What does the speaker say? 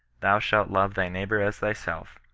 thou shalt love thy neighbour as thyself,